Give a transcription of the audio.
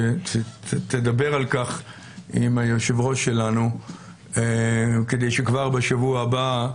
שתדבר על כך עם היושב-ראש שלנו כדי שכבר בשבוע הבא.